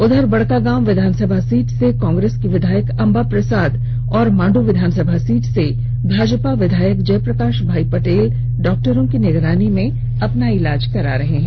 उधर बड़कागांव विधानसभा सीट से कांग्रेस की विधायक अंबा प्रसाद और मांडु विधानसभा सीट से भाजपा विधायक जयप्रकाश भाई पटेल डॉक्टरों की निगरानी में अपना इलाज करा रहे हैं